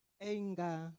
anger